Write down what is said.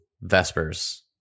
Vespers